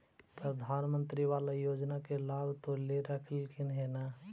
प्रधानमंत्री बाला योजना के लाभ तो ले रहल्खिन ह न?